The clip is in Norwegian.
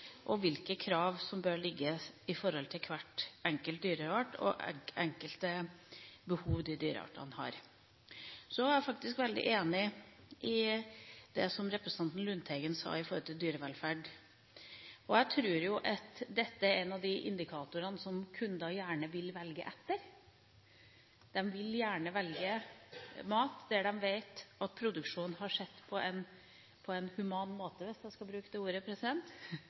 hvilke krav som bør være for hver enkelt dyreart, og hvilke behov de dyreartene har. Så er jeg faktisk veldig enig i det som representanten Lundteigen sa i forhold til dyrevelferd. Jeg tror at dette er en av de indikatorene som kunder gjerne vil velge etter. De vil gjerne velge mat der de vet at produksjonen har skjedd på en human måte, hvis jeg kan bruke det ordet